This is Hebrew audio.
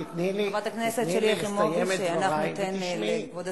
תיתני לי לגמור את דברי.